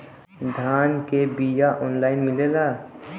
धान के बिया ऑनलाइन मिलेला?